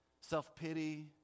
self-pity